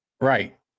right